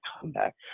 comeback